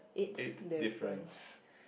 eight difference